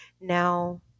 now